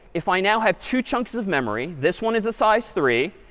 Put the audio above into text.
if i now have two chunks of memory, this one is a size three,